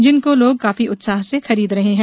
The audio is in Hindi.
जिनको लोग काफी उत्साह से खरीद रहे हैं